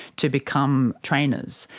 to become trainers,